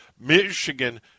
Michigan